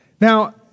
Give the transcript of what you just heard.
Now